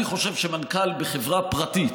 אני חושב שמנכ"ל בחברה פרטית